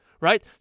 right